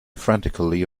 frantically